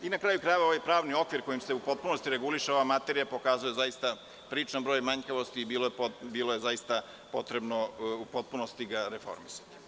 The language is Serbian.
Na kraju krajeva, ovaj pravni okvir kojim se u potpunosti reguliše ova materija pokazuje zaista priličan broj manjkavosti i bilo je zaista potrebno u potpunosti ga reformisati.